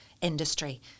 industry